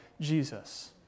Jesus